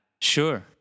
sure